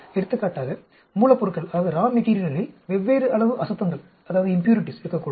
எடுத்துக்காட்டாக மூலப்பொருட்களில் வெவ்வேறு அளவு அசுத்தங்கள் இருக்கக்கூடும்